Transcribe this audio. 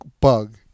bug